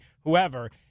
whoever